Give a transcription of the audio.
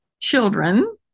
children